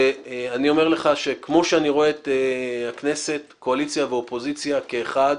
אני אומר לך שכמו שאני רואה את הכנסת קואליציה ואופוזיציה כאחד